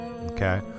Okay